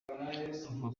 avuga